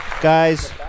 Guys